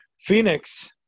Phoenix